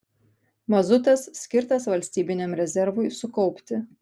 mazutas skirtas valstybiniam rezervui sukaupti